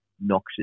noxious